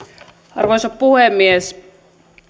arvoisa puhemies